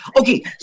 Okay